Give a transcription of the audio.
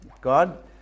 God